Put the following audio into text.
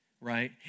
right